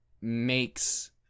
makes